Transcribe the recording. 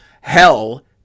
hell